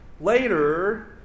Later